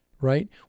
right